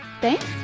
Thanks